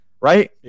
right